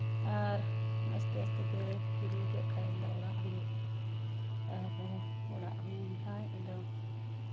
ᱟᱨ ᱟᱥᱛᱮᱼᱟᱥᱛᱮ ᱛᱮ ᱠᱤᱨᱤᱧ ᱠᱮᱫ ᱠᱷᱟᱡ ᱫᱚ ᱚᱲᱟᱜ ᱦᱩᱭᱩᱜᱼᱟ ᱟᱫᱚ ᱚᱲᱜ ᱦᱩᱭᱮᱱ ᱠᱷᱟᱡ ᱟᱫᱚ